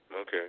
Okay